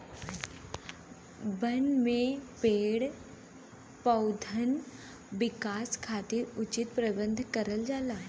बन में पेड़ पउधन विकास खातिर उचित प्रबंध करल जाला